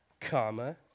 comma